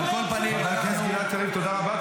גיבור --- חבר הכנסת גלעד קריב, תודה רבה.